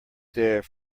there